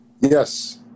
Yes